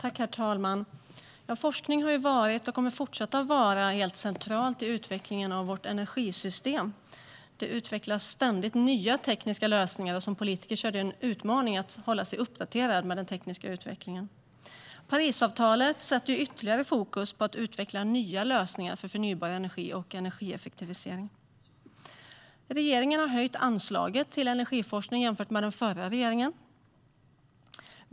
Herr talman! Forskning har varit och kommer att fortsätta att vara helt centralt för utvecklingen av vårt energisystem. Det utvecklas ständigt nya tekniska lösningar, och för en politiker är det en utmaning att hålla sig uppdaterad vad gäller den tekniska utvecklingen. Parisavtalet sätter ytterligare fokus på att utveckla nya lösningar för förnybar energi och energieffektivisering. Den nuvarande regeringen har höjt anslaget till energiforskning jämfört med den förra regeringen.